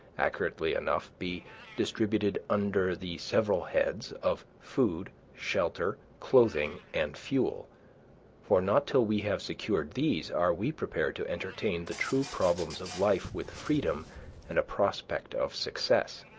accurately enough, be distributed under the several heads of food, shelter, clothing, and fuel for not till we have secured these are we prepared to entertain the true problems of life with freedom and a prospect of success.